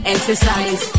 Exercise